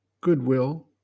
goodwill